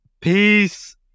Peace